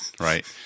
Right